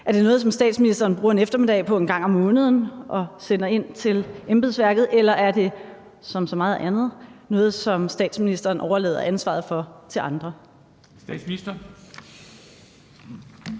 Er det noget, som statsministeren bruger en eftermiddag på en gang om måneden at sende ind til embedsværket? Eller er det – som så meget andet – noget, som statsministeren overlader ansvaret for til andre?